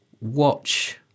watch